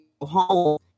home